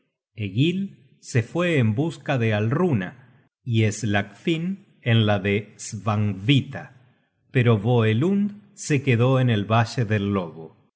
se fue en busca de alruna y slagfinn en la de svanhvita pero voelund se quedó en el valle del lobo